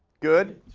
good?